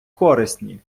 корисні